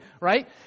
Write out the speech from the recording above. right